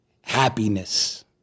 happiness